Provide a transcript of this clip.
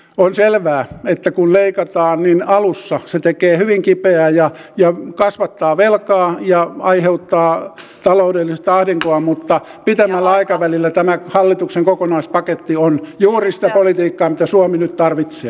on selvää että kun leikataan niin alussa se tekee hyvin kipeää ja kasvattaa velkaa ja aiheuttaa taloudellista ahdinkoa mutta pitemmällä aikavälillä tämä hallituksen kokonaispaketti on juuri sitä politiikkaa mitä suomi nyt tarvitsee